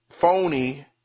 phony